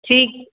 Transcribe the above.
ठीक